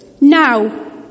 now